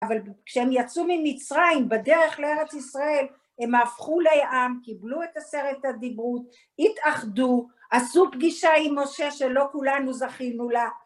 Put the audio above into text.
אבל כשהם יצאו ממצרים בדרך לארץ ישראל, הם הפכו לעם, קיבלו את עשרת הדיברות, התאחדו, עשו פגישה עם משה שלא כולנו זכינו לה...